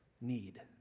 need